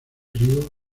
río